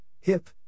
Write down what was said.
hip